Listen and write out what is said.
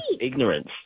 ignorance